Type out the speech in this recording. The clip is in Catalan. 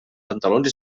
pantalons